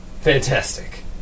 Fantastic